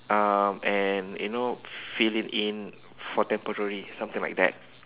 um and you know fill it in for temporary something like that